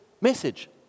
message